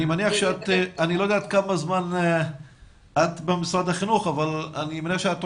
אני לא יודע כמה זמן את במשרד החינוך אבל אני מניח שאת עוקבת,